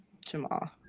Jamal